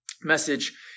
message